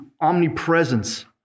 omnipresence